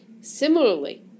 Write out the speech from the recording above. Similarly